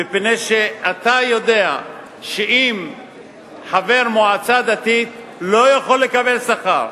מפני שאתה יודע שחבר מועצה דתית לא יכול לקבל שכר,